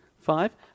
Five